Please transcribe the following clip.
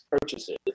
purchases